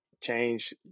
change